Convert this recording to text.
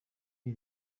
ibi